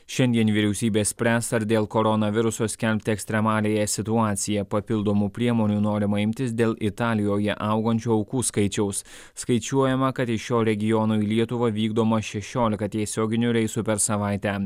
šiandien vyriausybė spręs ar dėl koronaviruso skelbti ekstremaliąją situaciją papildomų priemonių norima imtis dėl italijoje augančio aukų skaičiaus skaičiuojama kad iš šio regiono į lietuvą vykdoma šešiolika tiesioginių reisų per savaitę